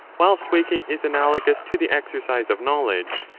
whilst waking is analogous to the exercise of knowledge,